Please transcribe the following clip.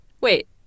wait